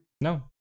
No